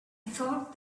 thought